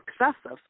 excessive